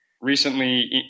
recently